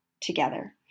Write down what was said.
together